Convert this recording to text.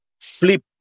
flip